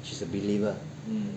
she's a believer